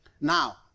Now